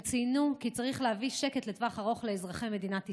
הם ציינו כי צריך להביא שקט לטווח ארוך לאזרחי מדינת ישראל,